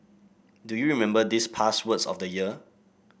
do you remember these past words of the year